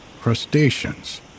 crustaceans